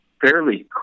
fairly